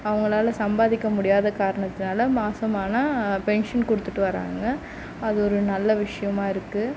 அவங்களால சம்பாதிக்க முடியாத காரணத்தினால் மாசமானால் பென்ஷன் கொடுத்துட்டு வராங்க அது ஒரு நல்ல விஷயமாக இருக்கு